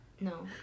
no